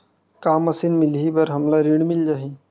का मशीन मिलही बर हमला ऋण मिल जाही?